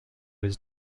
his